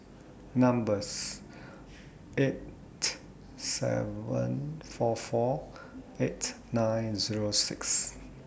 numbers eight seven four four eight nine Zero six